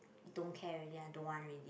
don't care already I don't want already